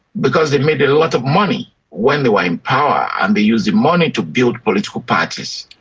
because they made a lot of money when they were in power and they used the money to build political parties.